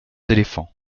éléphants